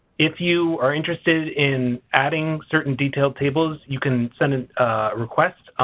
if you are interested in adding certain detailed tables you can send a request.